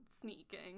sneaking